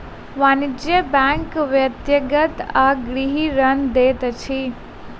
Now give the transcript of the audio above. वाणिज्य बैंक व्यक्तिगत आ गृह ऋण दैत अछि